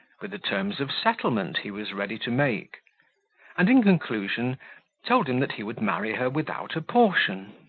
with the terms of settlement he was ready to make and in conclusion told him, that he would marry her without a portion.